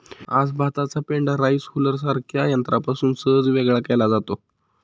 आज भाताचा पेंढा राईस हुलरसारख्या यंत्रापासून सहज वेगळा केला जातो